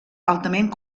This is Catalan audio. altament